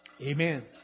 Amen